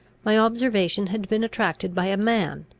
my observation had been attracted by a man,